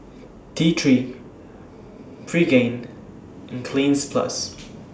T three Pregain and Cleanz Plus